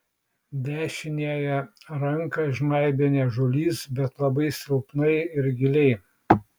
dešiniąją ranką žnaibė niežulys bet labai silpnai ir giliai